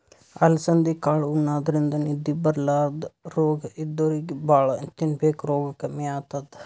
ಅಲಸಂದಿ ಕಾಳ್ ಉಣಾದ್ರಿನ್ದ ನಿದ್ದಿ ಬರ್ಲಾದ್ ರೋಗ್ ಇದ್ದೋರಿಗ್ ಭಾಳ್ ತಿನ್ಬೇಕ್ ರೋಗ್ ಕಮ್ಮಿ ಆತದ್